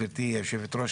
גברתי היושבת-ראש,